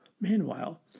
Meanwhile